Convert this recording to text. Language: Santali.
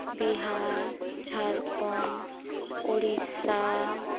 ᱵᱤᱦᱟᱨ ᱡᱷᱟᱲᱠᱷᱚᱸᱰ ᱩᱲᱤᱥᱥᱟ